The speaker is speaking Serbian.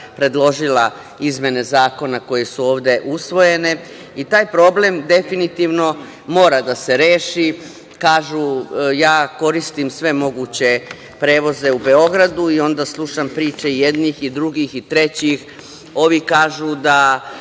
predložila izmene zakona koje su ovde usvojene. Taj problem definitivno mora da se reši. Ja koristim sve moguće prevoze u Beogradu, i onda slušam priče i jednih i drugih i trećih. Ovi kažu da